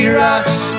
rocks